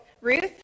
Ruth